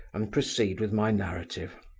and proceed with my narrative.